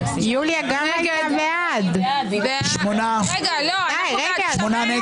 21,201 עד 21,220. מי בעד?